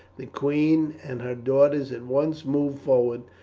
the queen and her daughters at once moved forward,